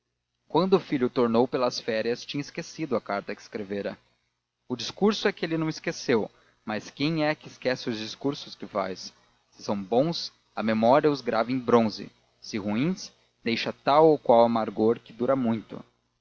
quando o filho tornou pelas férias tinha esquecido a carta que escrevera o discurso é que ele não esqueceu mas quem é que esquece os discursos que faz se são bons a memória os grava em bronze se ruins deixam tal ou qual amargor que dura muito